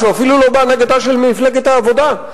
ואפילו לא בהנהגתה של מפלגת העבודה,